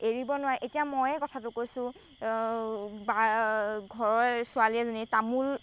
এৰিব নোৱাৰে এতিয়া ময়ে কথাটো কৈছোঁ বা ঘৰৰ ছোৱালী এজনী তামোল